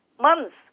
months